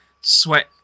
sweat